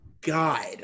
God